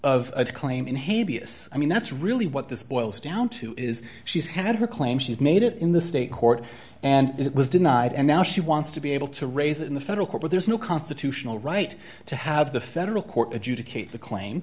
a claim in haiti a sigh mean that's really what this boils down to is she's had her claim she's made it in the state court and it was denied and now she wants to be able to raise it in the federal court where there's no constitutional right to have the federal court adjudicate the claim